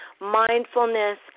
mindfulness